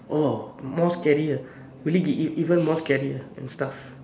orh more scarier will it get even even more scarier and stuff